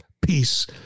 peace